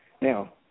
Now